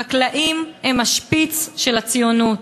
החקלאים הם השפיץ של הציונות.